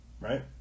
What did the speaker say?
Right